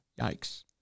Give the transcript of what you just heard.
yikes